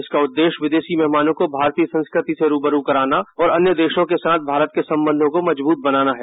इसका उदेश्य विदेशी मेहमानों को भारतीय संस्कृति से रूबरू कराना और अन्य देशों के साथ भारत के संबंधों को मजब्रत बनाना है